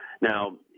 Now